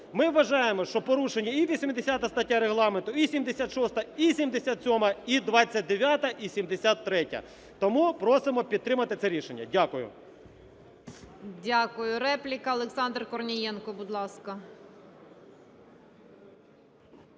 ми вважаємо, що порушена і 80 стаття Регламенту, і 76-а, і 77-а, і 29-а, і 73-я. Тому просимо підтримати це рішення. Дякую. ГОЛОВУЮЧА. Дякую. Репліка, Олександр Корнієнко, будь ласка.